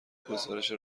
گزارش